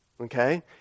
okay